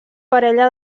parella